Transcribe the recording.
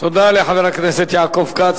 תודה לחבר הכנסת יעקב כץ.